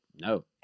no